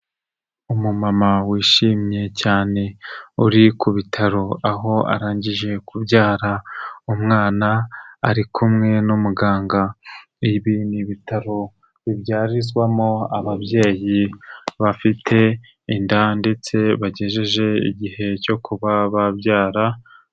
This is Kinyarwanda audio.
Umumama wishimye cyane uri ku bitaro aho arangije kubyara, umwana ari kumwe n'umuganga, ibi ni ibitaro bibyarizwamo ababyeyi bafite inda ndetse bagejeje igihe cyo kuba babyara.